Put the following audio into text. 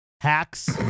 hacks